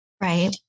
Right